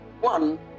one